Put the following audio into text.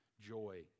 joy